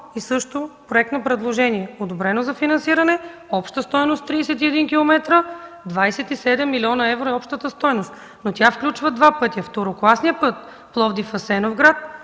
и също проектно предложение, одобрено за финансиране, обща стойност 31 километра, 27 млн. евро е общата стойност. Тя включва два пътя – второкласният път Пловдив – Асеновград